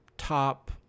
top